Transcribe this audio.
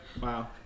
Wow